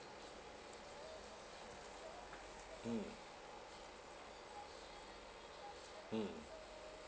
mm mm